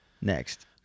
Next